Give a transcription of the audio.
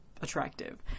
attractive